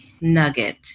nugget